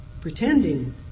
pretending